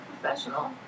professional